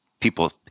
people